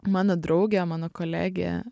mano draugė mano kolegė